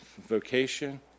vocation